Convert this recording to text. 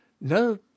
No